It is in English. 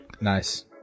Nice